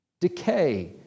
decay